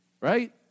right